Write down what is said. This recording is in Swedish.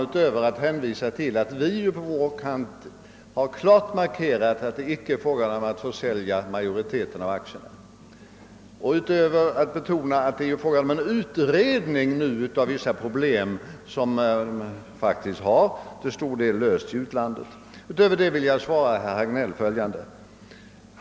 Utöver att hänvisa till att vi på vår kant klart markerat att det icke är fråga om att försälja majoriteten av aktierna och utöver att betona att det nu är fråga om en utredning av vissa proplem som faktiskt till stor del har lösts i utlandet vill jag till herr Hagnell säga följande.